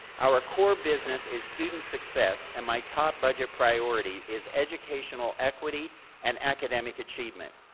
our core business is student success, and my top budget priority is educational equity and academic achievement.